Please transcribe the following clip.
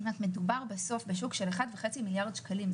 מדובר בסוף בשוק של 1.5 מיליארד שקלים.